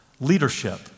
leadership